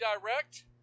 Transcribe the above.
direct